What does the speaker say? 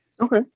Okay